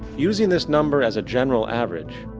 using this number as a general average,